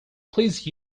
please